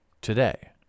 today